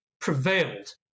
prevailed